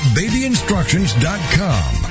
babyinstructions.com